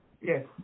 Yes